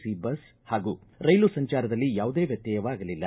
C bus ಹಾಗೂ ರೈಲು ಸಂಚಾರದಲ್ಲಿ ಯಾವುದೇ ವ್ಯತ್ಯಯವಾಗಲಿಲ್ಲ